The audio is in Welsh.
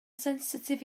sensitif